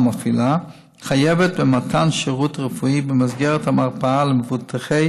חייבת במתן שירות רפואי במסגרת המרפאה למבוטחי